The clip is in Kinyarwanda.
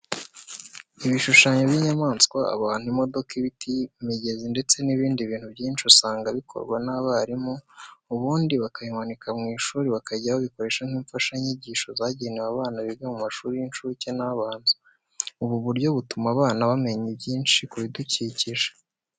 Ibishushanyo by'inyamaswa, abantu, imodoka, ibiti, imigezi, ndetse n'ibindi bintu byinshi usanga bikorwa n'abarimu ubundi bakabimanika mu ishuri bakajya babikoresha nk'imfashanyigisho zigenewe abana biga mu mashuri y'incuke n'abanza. Ubu buryo butuma abana bamenya byinshi ku bidukikije.